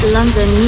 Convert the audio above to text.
London